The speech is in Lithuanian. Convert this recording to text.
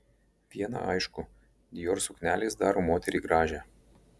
viena aišku dior suknelės daro moterį gražią